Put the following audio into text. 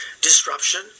disruption